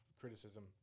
criticism